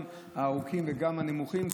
גם הארוכים וגם הנמוכים,